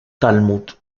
talmud